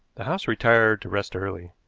the house retired to rest early.